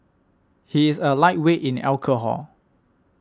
he is a lightweight in alcohol